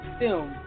film